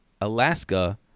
Alaska